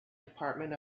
department